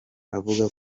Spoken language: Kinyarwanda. avuga